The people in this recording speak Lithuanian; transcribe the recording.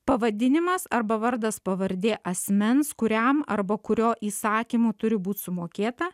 pavadinimas arba vardas pavardė asmens kuriam arba kurio įsakymu turi būt sumokėta